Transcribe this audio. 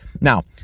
Now